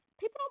people